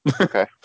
Okay